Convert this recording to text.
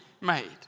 made